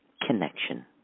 connection